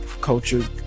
culture